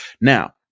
Now